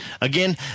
Again